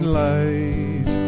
light